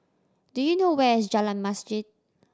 do you know where is Jalan Masjid